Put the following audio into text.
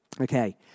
Okay